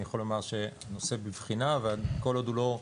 אני יכול לומר שהנושא בבחינה וכל עוד הוא לא,